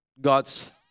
God's